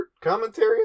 Commentary